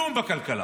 כלום בכלכלה.